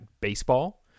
baseball